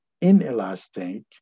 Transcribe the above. inelastic